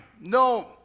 No